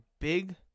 big